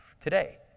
today